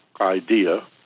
idea